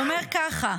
הוא אומר ככה: